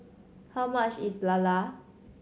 how much is lala